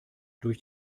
durch